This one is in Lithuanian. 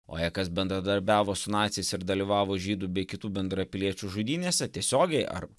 o jei kas bendradarbiavo su naciais ir dalyvavo žydų bei kitų bendrapiliečių žudynėse tiesiogiai ar